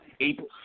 April